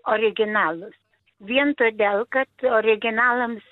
originalus vien todėl kad originalams